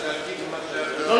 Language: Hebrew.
לא,